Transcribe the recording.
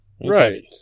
Right